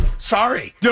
Sorry